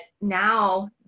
now